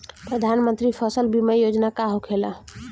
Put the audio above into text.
प्रधानमंत्री फसल बीमा योजना का होखेला?